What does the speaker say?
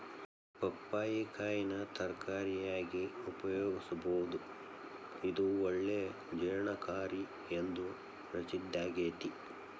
ಪಪ್ಪಾಯಿ ಕಾಯಿನ ತರಕಾರಿಯಾಗಿ ಉಪಯೋಗಿಸಬೋದು, ಇದು ಒಳ್ಳೆ ಜೇರ್ಣಕಾರಿ ಎಂದು ಪ್ರಸಿದ್ದಾಗೇತಿ